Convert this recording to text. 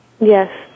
Yes